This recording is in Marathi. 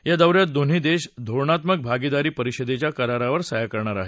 या दौऱ्यात दोन्ही देश धोरणात्मक भागीदारी परिषदेच्या करारावर सह्या करणार आहेत